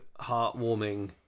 heartwarming